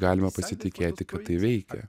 galima pasitikėti kad tai veikia